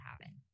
happen